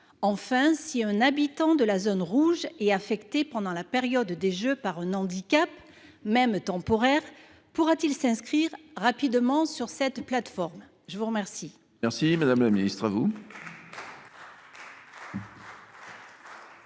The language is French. Enfin, si un habitant de la zone rouge est affecté, pendant la période des jeux, par un handicap, même temporaire, pourra t il s’inscrire rapidement sur cette plateforme ? La parole est à Mme la ministre. Je vous